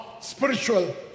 spiritual